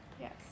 Yes